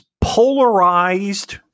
polarized